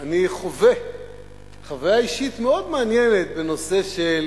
אני חווה חוויה אישית מאוד מעניינת בנושא של